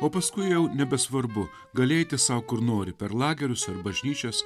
o paskui jau nebesvarbu gali eiti sau kur nori per lagerius ar bažnyčias